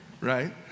right